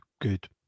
good